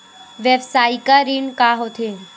व्यवसायिक ऋण का होथे?